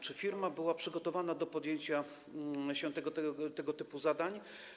Czy firma była przygotowana do podjęcia się tego typu zadań?